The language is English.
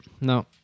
No